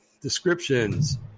descriptions